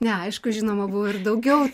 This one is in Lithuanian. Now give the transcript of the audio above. ne aišku žinoma buvo ir daugiau